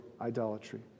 idolatry